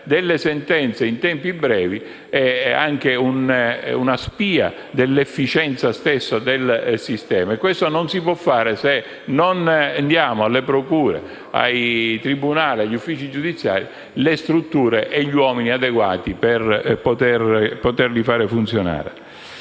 delle sentenze in tempi brevi, questa è anche una spia dell'efficienza stessa del sistema. Ma questo non si può fare se non diamo alle procure, ai tribunali e agli uffici giudiziari le strutture e gli uomini adeguati per poter funzionare.